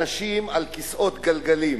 אנשים על כיסאות גלגלים,